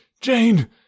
Jane